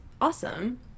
awesome